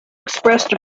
expressed